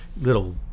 little